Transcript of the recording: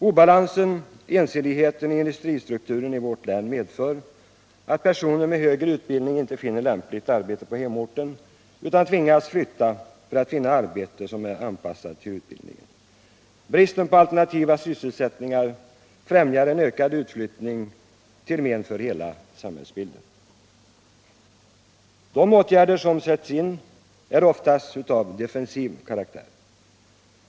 Obalansen och ensidigheten i industristrukturen i vårt län medför att personer med högre utbildning inte finner lämpligt arbete på hemorten utan tvingas flytta för att få arbete som är anpassat till utbildningen. Bristen på alternativa sysselsättningar främjar en ökad utflyttning till men för hela samhällsbilden. De åtgärder som sätts in är oftast av defensiv karaktär.